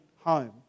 home